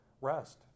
rest